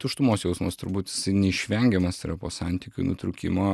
tuštumos jausmas turbūt jisai neišvengiamas yra po santykių nutrūkimo